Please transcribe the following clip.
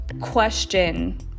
question